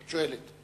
היא שואלת.